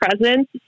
presence